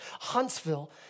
Huntsville